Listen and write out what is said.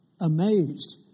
amazed